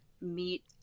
meet